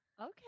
Okay